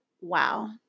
wow